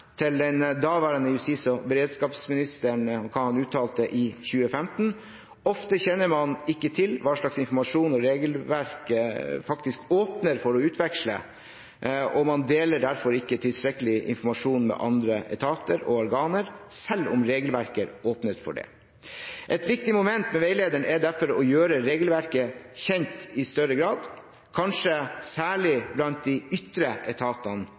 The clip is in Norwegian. til hva den daværende justis- og beredskapsministeren uttalte i 2015, at man ofte ikke kjenner til hva slags informasjon regelverket faktisk åpner for å utveksle, og man deler derfor ikke tilstrekkelig informasjon med andre etater og organer, selv om regelverket åpner for det. Et viktig moment med veilederen er derfor å gjøre regelverket kjent i større grad, kanskje særlig blant de ytre etatene